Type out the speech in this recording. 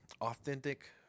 authentic